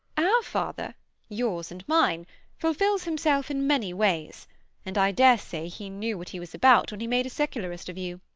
our father yours and mine fulfils himself in many ways and i daresay he knew what he was about when he made a secularist of you.